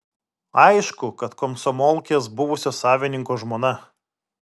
aišku kad komsomolkės buvusio savininko žmona